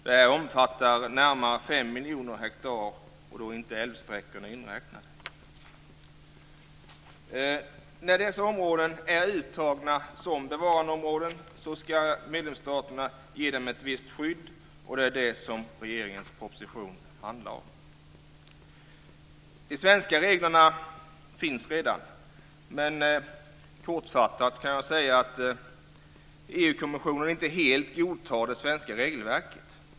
Detta omfattar närmare fem miljoner hektar, och då är inte älvsträckorna inräknade. När dessa områden är uttagna som bevarandeområden ska medlemsstaterna ge dem ett visst skydd, och det är det som regeringens proposition handlar om. De svenska reglerna finns redan, men kortfattat kan jag säga att EU-kommissionen inte helt godtar det svenska regelverket.